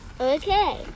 okay